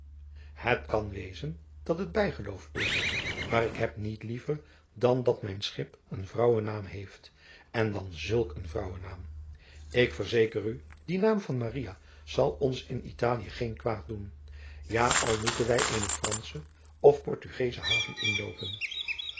het kan wezen dat het bijgeloof is maar ik heb niet liever dan dat mijn schip een vrouwennaam heeft en dan zulk een vrouwennaam ik verzeker u die naam van maria zal ons in italië geen kwaad doen ja al moeten wij eene fransche of portugesche haven inloopen